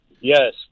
Yes